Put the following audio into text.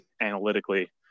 analytically